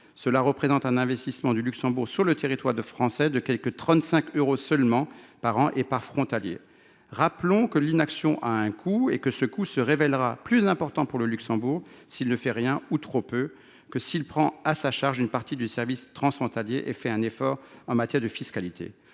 Cela représente un investissement du Luxembourg sur le territoire français de quelque 35 euros seulement par an et par frontalier. Rappelons que l’inaction a un coût et que ce coût se révélera plus important pour le Luxembourg s’il ne fait rien ou trop peu. Il doit prendre à sa charge une partie du service transfrontalier et faire un effort en matière de fiscalité.